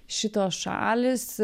šitos šalys